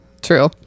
true